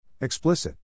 Explicit